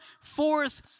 forth